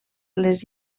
les